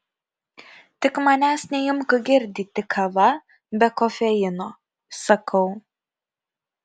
tik manęs neimk girdyti kava be kofeino sakau